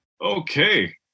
Okay